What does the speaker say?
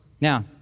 Now